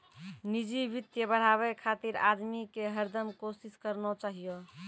निजी वित्त बढ़ाबे खातिर आदमी के हरदम कोसिस करना चाहियो